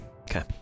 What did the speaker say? Okay